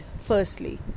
Firstly